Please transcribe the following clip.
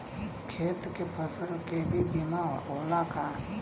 खेत के फसल के भी बीमा होला का?